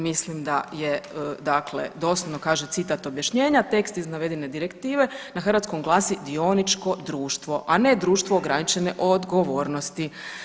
Mislim da je dakle doslovno kaže citat objašnjenja tekst iz navedene direktive na hrvatskom glasi dioničko društvo, a ne društvo ograničene odgovornosti.